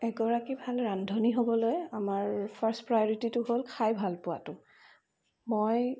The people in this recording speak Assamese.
এগৰাকী ভাল ৰান্ধনি হ'বলৈ আমাৰ ফাৰ্ষ্ট প্ৰায়ৰিটিটো হ'ল খাই ভাল পোৱাতো মই